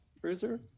Bruiser